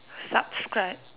subscribe